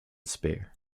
spear